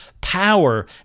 power